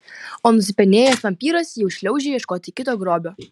o nusipenėjęs vampyras jau šliaužia ieškoti kito grobio